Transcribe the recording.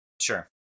Sure